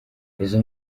izo